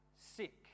sick